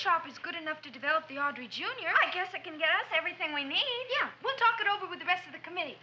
shop is good enough to develop the audrey jr i guess i can get everything we need to talk it over with the rest of the com